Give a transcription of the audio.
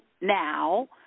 now